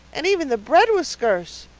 and even the bread was skurce.